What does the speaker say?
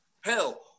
hell